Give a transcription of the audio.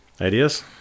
Ideas